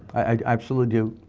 i absolutely do.